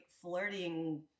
flirting